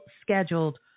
scheduled